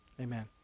Amen